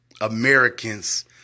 Americans